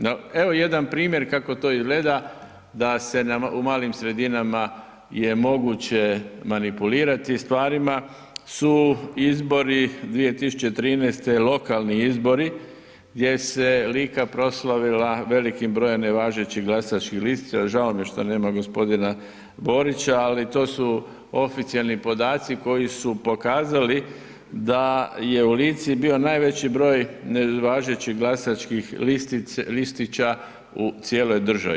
No, evo jedan primjer kako to izgleda da se u malim sredinama je moguće manipulirati stvarima su izbori 2013., lokalni izbori gdje se Lika proslavila velikim brojem nevažećih glasačkih listića, žao mi je što nema g. Borića ali to su oficijelni podaci koji su pokazali da je u Lici bio najveći broj nevažećih glasačkih listića u cijeloj državi.